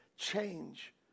Change